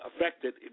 affected